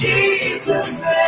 Jesus